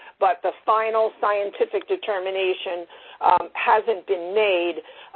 but the final scientific determination hasn't been made.